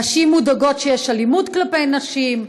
נשים מודאגות כשיש אלימות כלפי נשים,